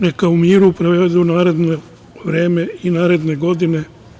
Neka u miru provedu naredno vreme i naredne godine.